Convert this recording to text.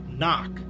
knock